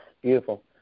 Beautiful